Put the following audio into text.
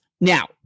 Now